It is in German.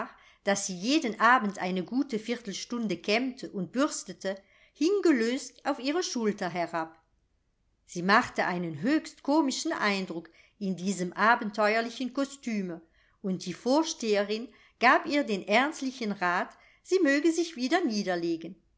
das sie jeden abend eine gute viertelstunde kämmte und bürstete hing gelöst auf ihre schulter herab sie machte einen höchst komischen eindruck in diesem abenteuerlichen kostüme und die vorsteherin gab ihr den ernstlichen rat sie möge sich wieder niederlegen